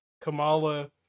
Kamala